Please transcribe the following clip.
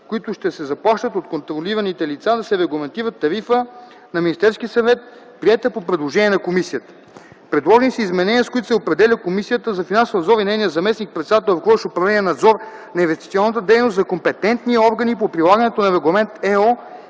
които ще се заплащат от контролираните лица, да се регламентират в тарифа на Министерския съвет, приета по предложение на комисията. Предложени са и изменения, с които се определя Комисията за финансов надзор и нейният заместник-председател, ръководещ управление „Надзор на инвестиционната дейност”, за компетентни органи по прилагането на Регламент (ЕО)